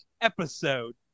episode